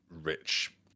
rich